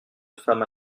femme